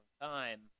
time